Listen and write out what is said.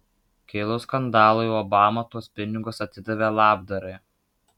kilus skandalui obama tuos pinigus atidavė labdarai